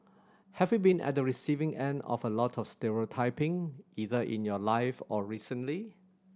have you been at the receiving end of a lot of stereotyping either in your life or recently